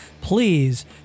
Please